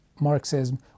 Marxism